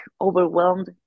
overwhelmed